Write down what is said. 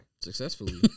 Successfully